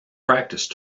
practice